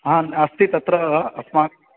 हा अस्ति तत्र अस्माकं